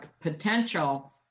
potential